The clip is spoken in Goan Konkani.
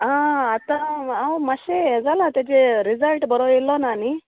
आ आतां हांव मातशें हें जालां तेजे रिजल्ट बरो येयल्लो ना न्ही